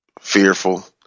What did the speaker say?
fearful